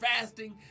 fasting